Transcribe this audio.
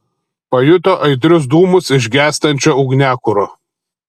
pajuto aitrius dūmus iš gęstančio ugniakuro